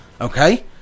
Okay